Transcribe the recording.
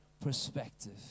perspective